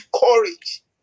courage